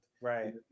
right